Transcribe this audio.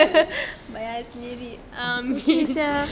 bayar sendiri um